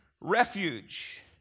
refuge